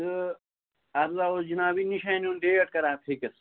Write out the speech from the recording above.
تہٕ اَز آوُس جِناب یہِ نِشانہِ ہُنٛد ڈیٹ کرٕہا فِکٕس